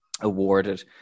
awarded